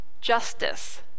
justice